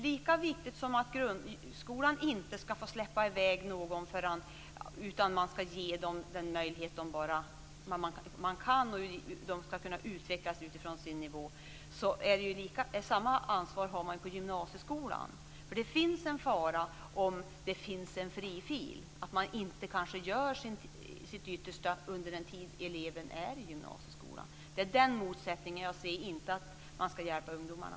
Lika viktigt som det är att grundskolan inte släpper i väg någon utan att han eller hon har fått alla möjligheter att utvecklas utifrån sin nivå, lika viktigt är det att ta det ansvaret på gymnasieskolan. Faran med en fri fil är att man kanske inte gör sitt yttersta under den tid eleven går i gymnasieskolan. Det är den motsättningen jag ser. Det gäller inte att man inte skall hjälpa ungdomarna.